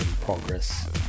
progress